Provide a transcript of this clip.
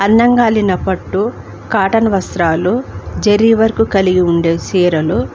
అందంగా అల్లిన పట్టు కాటన్ వస్త్రాలు జరీ వర్కు కలిగి ఉండే చీరలు